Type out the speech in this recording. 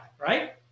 right